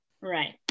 Right